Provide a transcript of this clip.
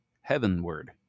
heavenward